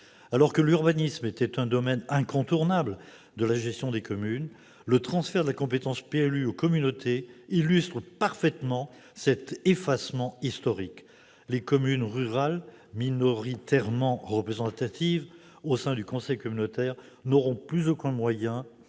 Alors que l'urbanisme était un domaine incontournable de la gestion des communes, le transfert aux communautés de la compétence relative aux plans locaux d'urbanisme illustre parfaitement cet effacement historique. Les communes rurales minoritairement représentées au sein du conseil communautaire n'auront plus aucun moyen